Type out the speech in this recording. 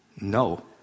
No